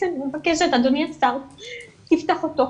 אז אני מבקשת, אדוני, תפתח אותו,